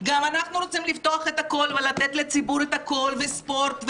גם אנחנו רוצים לפתוח את הכול ולתת לציבור את הכול ספורט,